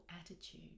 attitude